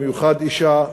במיוחד אישה.